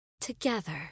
together